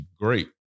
great